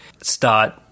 start